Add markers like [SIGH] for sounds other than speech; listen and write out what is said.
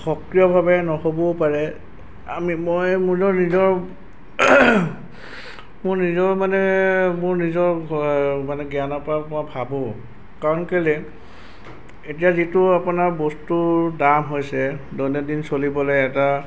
সক্ৰিয়ভাৱে নহ'বও পাৰে আমি মই [UNINTELLIGIBLE] নিজৰ মোৰ নিজৰো মানে মোৰ নিজৰ মানে জ্ঞানৰ পৰা মই ভাবোঁ কাৰণ কেলেই এতিয়া যিটো আপোনাৰ বস্তুৰ দাম হৈছে দৈনন্দিন চলিবলৈ এটা